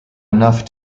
enough